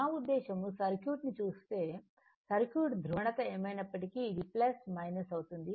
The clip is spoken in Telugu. నా ఉద్దేశ్యం సర్క్యూట్ ని చూస్తే సర్క్యూట్ ధ్రువణత ఏమైనప్పటికీ ఇది అవుతుంది